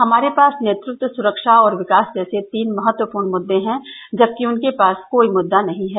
हमारे पास नेतृत्व सुरक्षा और विकास जैसे तीन महत्वपूर्ण मुददे हैं जबकि उनके पास कोई मुद्दा नही है